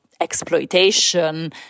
exploitation